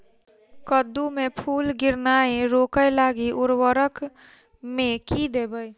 कद्दू मे फूल गिरनाय रोकय लागि उर्वरक मे की देबै?